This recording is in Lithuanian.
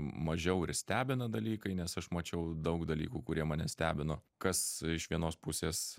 mažiau ir stebina dalykai nes aš mačiau daug dalykų kurie mane stebino kas iš vienos pusės